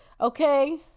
okay